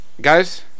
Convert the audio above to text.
guys